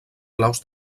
claus